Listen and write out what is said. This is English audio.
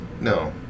No